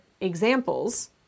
examples